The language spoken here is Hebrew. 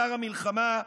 שר המלחמה,